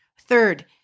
Third